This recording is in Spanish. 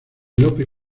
lope